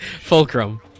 Fulcrum